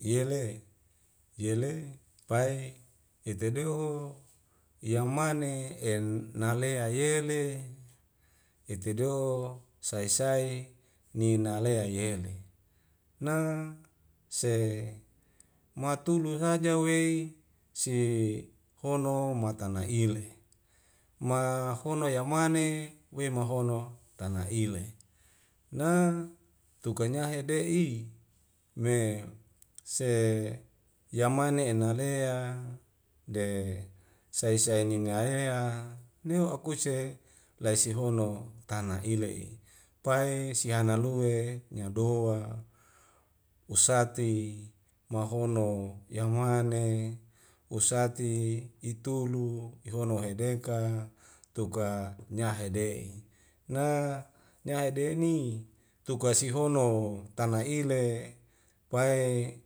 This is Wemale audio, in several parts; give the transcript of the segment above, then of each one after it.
Ye le yele pai etedoho yau mane en nalea yele etedo'o sae sae nina le yele na se matulu saja wei si hono matana ile ma mahono yamane wei mahono tana ile na tuka nyahedi'i me se yamane ena lea de sae sae nina ea neu akuse laisihono tana ile'i pai sihana lue nyadoa usati mahono yamane usati itulu ihono hede ka tuka nyahede'i na nyahe'deni tukasehono tana ile pai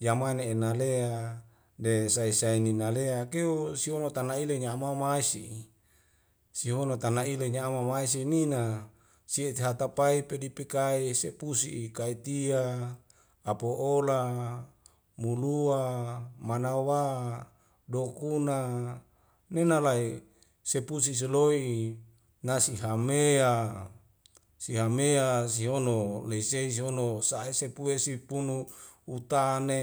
yamane ena lea de sai sai nina lea keu sihono tana ile nyaha mau mau esi'i sihono tana ile nyau mae mae sinina siet hatapae pedipekai sepusi'i kaitia, apo'ola, molua, manawa, dokuna, nena lae sepusi' seloi'i nasi'hamea sihamea sihono leisei sihono sa'e sepue sipunu utane